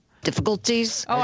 Difficulties